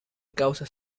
causa